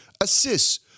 assists